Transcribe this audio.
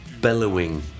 bellowing